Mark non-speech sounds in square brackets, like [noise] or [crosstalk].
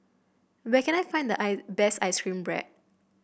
where can I find the [unintelligible] best ice cream bread